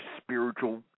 spiritual